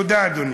תודה, אדוני.